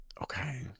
Okay